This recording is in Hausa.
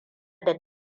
da